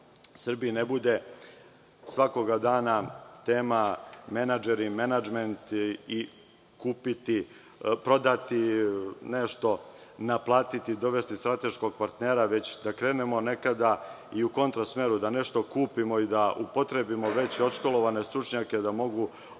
Srbiji ne bude svakoga dana tema menadžeri i menadžment i kupiti, prodati nešto, naplatiti, dovesti strateškog partnera već da krenemo nekada i u kontra smeru. Da upotrebimo već odškolovane stručnjake i da